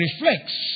reflects